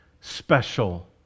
special